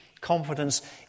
Confidence